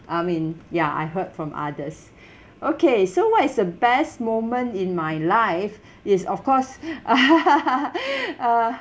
I mean ya I heard from others okay so what is the best moment in my life is of course uh